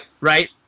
Right